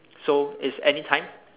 so it's anytime